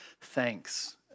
thanks